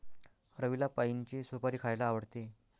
रवीला पाइनची सुपारी खायला आवडते